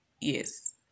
yes